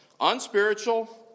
unspiritual